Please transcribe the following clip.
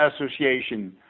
association